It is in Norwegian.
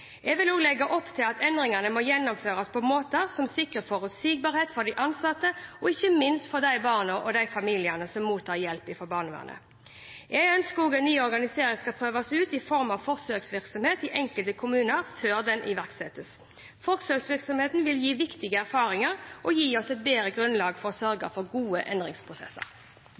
Jeg vil også legge opp til at endringene må gjennomføres på måter som sikrer forutsigbarhet for de ansatte og ikke minst for barna og familiene som mottar hjelp fra barnevernet. Jeg ønsker også at ny organisering skal prøves ut i form av forsøksvirksomhet i enkelte kommuner før den iverksettes. Forsøksvirksomheten vil gi viktige erfaringer og et bedre grunnlag for å sørge for gode endringsprosesser.